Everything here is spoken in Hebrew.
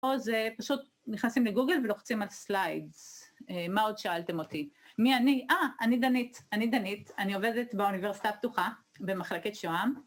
‫או זה פשוט נכנסים לגוגל ‫ולוחצים על סליידס. ‫מה עוד שאלתם אותי? ‫מי אני? אה, אני דנית. ‫אני דנית, אני עובדת ‫באוניברסיטה הפתוחה במחלקת שוהם.